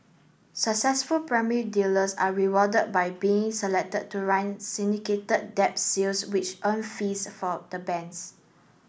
successful primary dealers are rewarded by being selected to run syndicated debt sales which earn fees for the banks